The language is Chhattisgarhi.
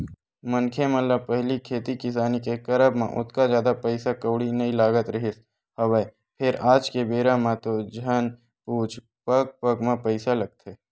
मनखे मन ल पहिली खेती किसानी के करब म ओतका जादा पइसा कउड़ी नइ लगत रिहिस हवय फेर आज के बेरा म तो झन पुछ पग पग म पइसा लगथे